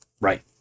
Right